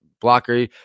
blocker